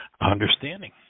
understanding